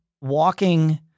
walking